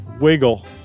Wiggle